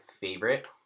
favorite